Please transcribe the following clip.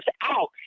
out